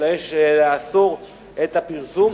אלא יש לאסור את הפרסום,